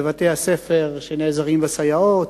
בבתי-הספר נעזרים בסייעות,